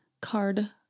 card